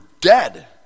dead